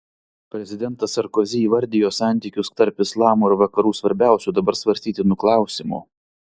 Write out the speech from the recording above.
prezidentas sarkozi įvardijo santykius tarp islamo ir vakarų svarbiausiu dabar svarstytinu klausimu